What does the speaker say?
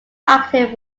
active